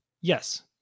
Yes